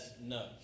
no